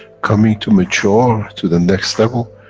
coming to mature to the next level,